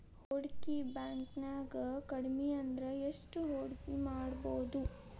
ಹೂಡ್ಕಿ ಬ್ಯಾಂಕ್ನ್ಯಾಗ್ ಕಡ್ಮಿಅಂದ್ರ ಎಷ್ಟ್ ಹೂಡ್ಕಿಮಾಡ್ಬೊದು?